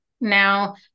now